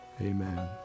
Amen